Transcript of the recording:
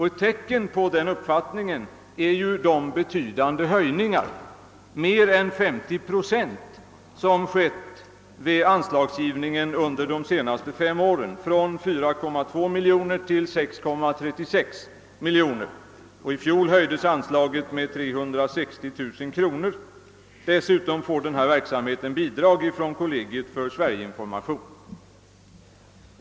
Ett tecken på denna uppfattning är ju de betydande höjningar, med mer än 50 procent, som skett vid anslagsgivningen under de senaste fem åren, från 4,2 miljoner till 6,36 miljoner kronor. I fjol höjdes anslaget med 360 000 kronor. Dessutom får denna verksamhet bidrag från kollegiet för Sverige-information.